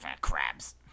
crabs